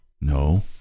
No